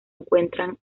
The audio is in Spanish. encuentran